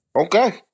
Okay